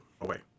away